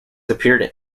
appeared